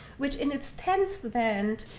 which in its tenth band,